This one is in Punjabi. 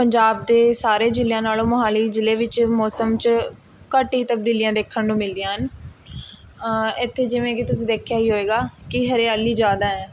ਪੰਜਾਬ ਦੇ ਸਾਰੇ ਜ਼ਿਲ੍ਹਿਆਂ ਨਾਲੋਂ ਮੋਹਾਲੀ ਜ਼ਿਲ੍ਹੇ ਵਿੱਚ ਮੌਸਮ 'ਚ ਘੱਟ ਹੀ ਤਬਦੀਲੀਆਂ ਦੇਖਣ ਨੂੰ ਮਿਲਦੀਆਂ ਹਨ ਇੱਥੇ ਜਿਵੇਂ ਕਿ ਤੁਸੀਂ ਦੇਖਿਆ ਹੀ ਹੋਵੇਗਾ ਕਿ ਹਰਿਆਲੀ ਜ਼ਿਆਦਾ ਹੈ